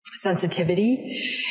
sensitivity